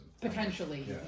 Potentially